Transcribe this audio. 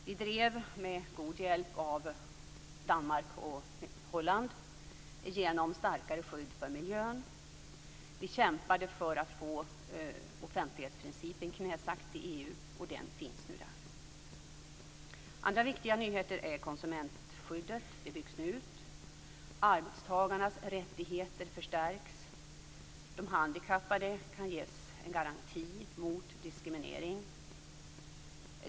Vi drev, med god hjälp av Danmark och Holland, igenom ett starkare skydd för miljön. Vi kämpade för att få offentlighetsprincipen ordentligt knäsatt i EU, och den finns nu där. Andra viktiga nyheter är konsumentskyddet, som byggs ut. Arbetstagarnas rättigheter förstärks. De handikappade kan ges en garanti mot diskriminering.